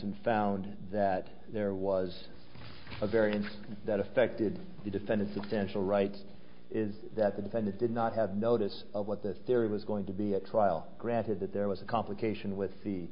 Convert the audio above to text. and found that there was a very interesting that affected the defendant substantial rights is that the defendant did not have notice of what the theory was going to be at trial granted that there was a complication with the